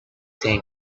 thing